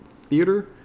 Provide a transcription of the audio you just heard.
theater